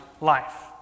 life